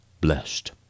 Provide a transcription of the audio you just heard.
blessed